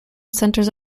centres